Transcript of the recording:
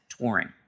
touring